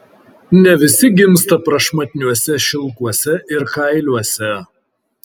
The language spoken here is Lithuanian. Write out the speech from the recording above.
ne visi gimsta prašmatniuose šilkuose ir kailiuose